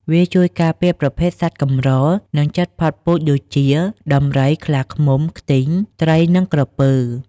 វាជួយការពារប្រភេទសត្វកម្រ និងជិតផុតពូជដូចជា ដំរី ខ្លាឃ្មុំ ខ្ទីង ត្រីនិងក្រពើ។